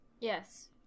Yes